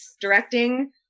directing